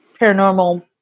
paranormal